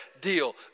deal